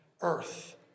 earth